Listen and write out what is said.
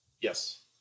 yes